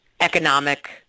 economic